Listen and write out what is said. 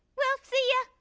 well, see ya.